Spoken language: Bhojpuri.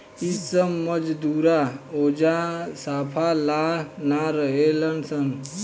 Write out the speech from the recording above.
इ सब मजदूरा ओजा साफा ला ना रहेलन सन